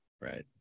Right